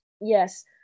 Yes